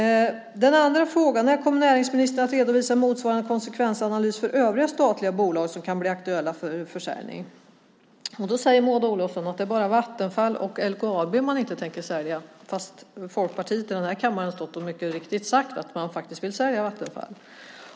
När kommer näringsministern att redovisa motsvarande konsekvensanalys för övriga statliga bolag som kan bli aktuella för försäljning? Maud Olofsson säger att det bara är Vattenfall och LKAB som man inte tänker sälja. Folkpartiet har faktiskt här i kammaren sagt att man vill sälja Vattenfall.